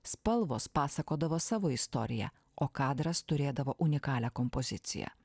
spalvos pasakodavo savo istoriją o kadras turėdavo unikalią kompoziciją